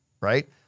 right